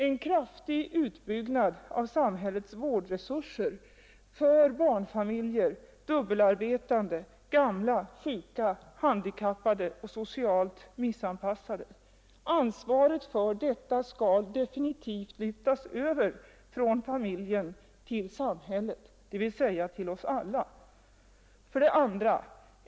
En kraftig utbyggnad av samhällets vårdresurser för barnfamiljer, dubbelarbetande, gamla, sjuka, handikappade och socialt missanpassade. Ansvaret för detta skall definitivt lyftas över från familjen till samhället, dvs. oss alla. 2.